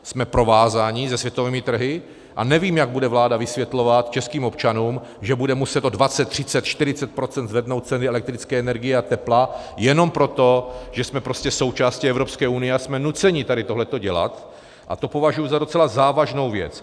Jsme provázáni se světovými trhy a nevím, jak bude vláda vysvětlovat českým občanům, že bude muset o dvacet, třicet, čtyřicet procent zvednout ceny elektrické energie a tepla jenom proto, že jsme prostě součástí Evropské unie a jsme nuceni tohle dělat, a to považuji za docela závažnou věc.